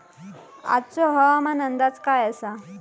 आजचो हवामान अंदाज काय आसा?